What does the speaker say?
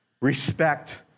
respect